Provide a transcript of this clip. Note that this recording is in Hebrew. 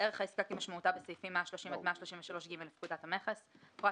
"ערך העסקה"- כמשמעותה בסעיפים 130 עד 133ג לפקודת המכס; "פרט